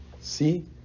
see